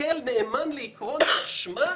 כמסתכל נאמן לעקרון האשמה,